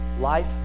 life